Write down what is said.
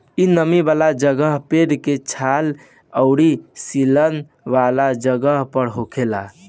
इ नमी वाला जगह, पेड़ के छाल अउरी सीलन वाला जगह पर होखेला